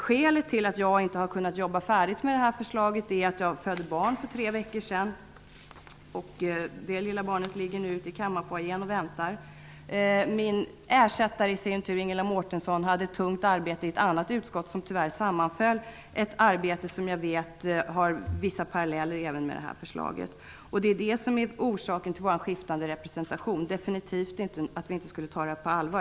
Skälet till att jag inte har kunnat jobba färdigt med förslaget är att jag födde barn för tre veckor sedan. Det lilla barnet ligger i kammarfoajén och väntar. Min ersättare, Ingela Mårtensson, hade tungt arbete i ett annat utskott som tyvärr sammanföll med denna fråga. Det är arbetsuppgifter som jag vet hade vissa paralleller med detta förslag. Det är detta som är orsaken till vår skiftande representation, absolut inte att vi inte skulle ta frågan på allvar.